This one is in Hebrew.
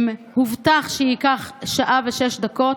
הובטח שייקח שעה ושש דקות.